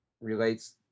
relates